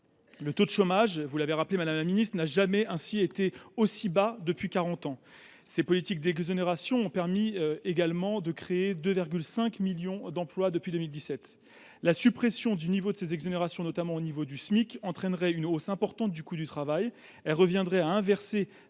le taux de chômage – vous l’avez rappelé, madame la ministre – n’a jamais été aussi bas depuis quarante ans. Ces politiques d’exonération ont permis de créer 2,5 millions d’emplois depuis 2017. La suppression de certaines de ces exonérations, notamment au niveau du Smic, entraînerait une hausse importante du coût du travail. Elle reviendrait à inverser